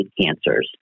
cancers